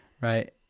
right